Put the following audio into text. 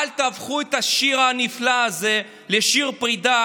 אל תהפכו את השיר הנפלא הזה לשיר פרידה